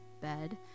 bed